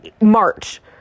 march